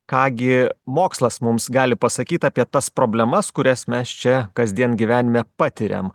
ką gi mokslas mums gali pasakyt apie tas problemas kurias mes čia kasdien gyvenime patiriam